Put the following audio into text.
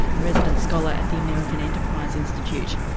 a resident scholar at the american enterprise institute.